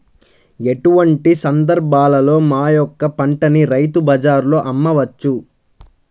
ఎటువంటి సందర్బాలలో మా యొక్క పంటని రైతు బజార్లలో అమ్మవచ్చు?